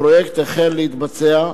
הפרויקט החל להתבצע,